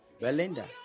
Belinda